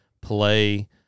play